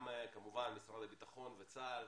גם כמובן משרד הביטחון וצה"ל,